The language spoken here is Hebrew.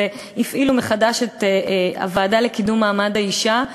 והפעילו מחדש את הוועדה לקידום מעמד האישה,